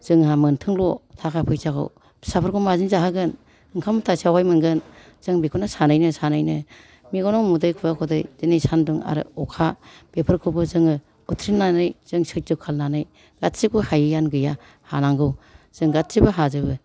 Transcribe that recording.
जोंहा मोनथोंल' थाखा फैसाखौ फिसाफोरखौ माजों जाहोगोन ओंखाम मुथासेया बहाय मोनगोन जों बेखौनो सानैनो सानैनो मेगनाव मोदै खुगायाव खुदै दिनै सानदुं आरो अखा बेफोरखौबो जोङो उथ्रिनानै जों सयज' खालामनानै गासिखौबो हायैआनो गैया हानांगौ जों गासिबो हाजोबो